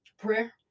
prayer